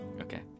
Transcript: Okay